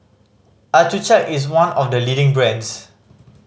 accucheck is one of the leading brands